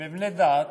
במבני דת